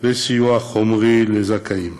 וסיוע חומרי לזכאים.